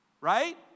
right